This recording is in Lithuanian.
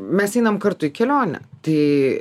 mes einam kartu į kelionę tai